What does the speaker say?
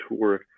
tour